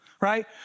right